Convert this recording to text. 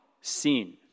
sin